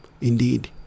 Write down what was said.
indeed